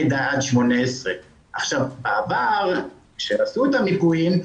לידה עד 18. בעבר כשעשו את המיפויים,